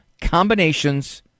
combinations